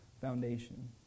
foundation